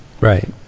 right